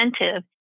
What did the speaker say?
incentive